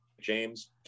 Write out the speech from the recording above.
James